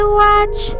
watch